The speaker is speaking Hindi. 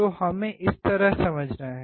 तो हमें इस तरह समझना है